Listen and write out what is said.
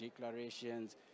declarations